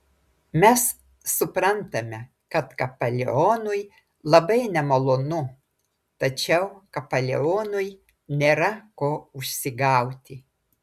mes suprantame kad kapelionui labai nemalonu tačiau kapelionui nėra ko užsigauti